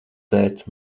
tēt